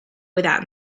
without